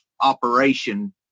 operation